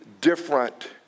different